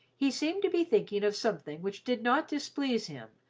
he seemed to be thinking of something which did not displease him,